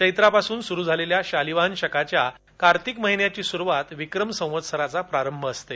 चैत्रापासून सुरू झालेल्या शालिवाहन शकाच्या कार्तिक महिन्याची सुरुवात विक्रम संवत्सराचा प्रारंभ असतो